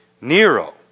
Nero